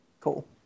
Cool